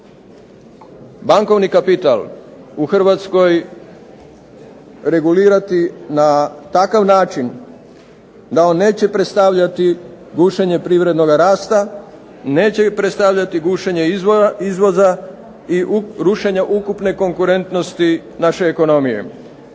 bankovni kapital u Hrvatskoj regulirati na takav način da on neće predstavljati gušenje privrednoga rasta, neće predstavljati gušenje izvoza i rušenje ukupne konkurentnosti naše ekonomije.